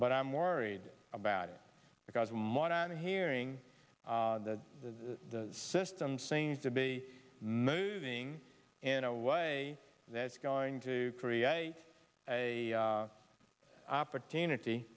but i'm worried about it because martin hearing that the system seems to be moving in a way that's going to create a opportunity